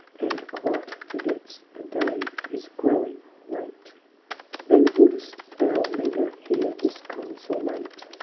and quite forgets the day is growing late then wouldst thou linger here disconsolate?